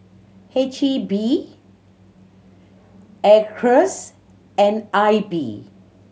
H E B Acres and I B